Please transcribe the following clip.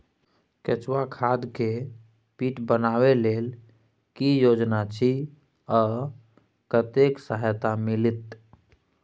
केचुआ खाद के पीट बनाबै लेल की योजना अछि आ कतेक सहायता मिलत?